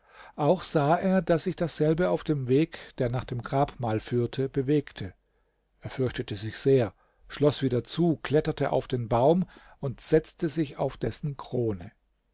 auch sah er daß sich dasselbe auf dem weg der nach dem grabmal führte bewegte er fürchtete sich sehr schloß wieder zu kletterte auf den baum und setzte sich auf dessen krone